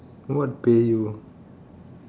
what pay you